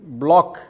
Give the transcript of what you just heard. block